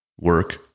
work